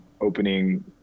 opening